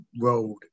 road